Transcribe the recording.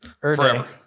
Forever